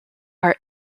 are